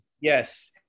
Yes